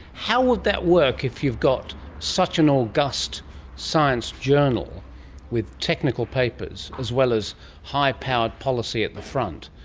how would that work, if you've got such an august science journal with technical papers as well as high powered policy at the front,